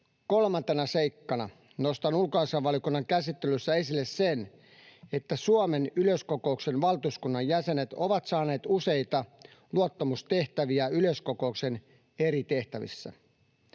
Kolmantena seikkana nostan ulkoasiainvaliokunnan käsittelystä esille sen, että Suomen yleiskokouksen valtuuskunnan jäsenet ovat saaneet useita luottamustehtäviä yleiskokouksen eri tehtävissä.